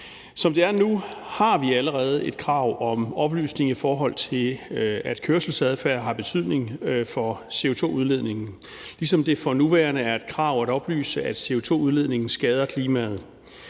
Som det er nu, har vi allerede et krav om, at det skal oplyses, at kørselsadfærd har betydning for CO2-udledningen, ligesom det for nuværende er et krav om at oplyse, at CO2-udledningen skader klimaet.